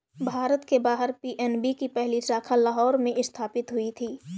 भारत के बाहर पी.एन.बी की पहली शाखा लाहौर में स्थापित हुई थी